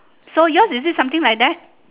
so yours is it something like that